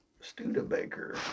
Studebaker